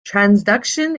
transduction